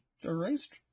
erased